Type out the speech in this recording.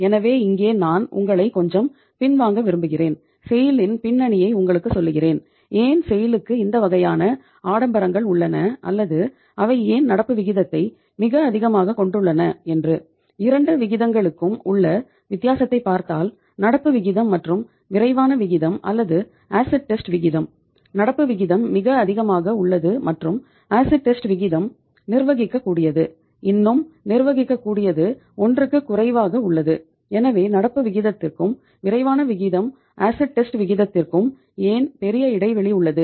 எனவே இங்கே நான் உங்களை கொஞ்சம் பின்வாங்க விரும்புகிறேன் செய்ல் விகிதத்திற்கும் ஏன் பெரிய இடைவெளி உள்ளது